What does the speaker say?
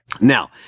Now